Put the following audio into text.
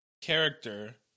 character